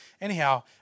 Anyhow